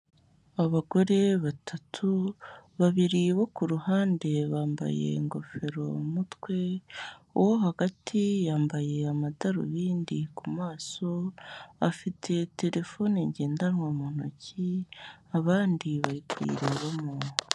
Abagore batatu, babiri bo ku ruhande bambaye ingofero mu mutwe,u wo hagati yambaye amadarubindi ku maso, afite terefone ngendanwa mu ntoki, abandi barikuyirebamo.